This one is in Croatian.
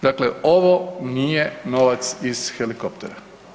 Dakle, ovo nije novac iz helikoptera.